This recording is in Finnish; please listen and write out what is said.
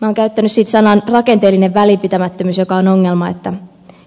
minä olen käyttänyt siitä sanaa rakenteellinen välinpitämättömyys joka on ongelma